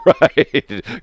Right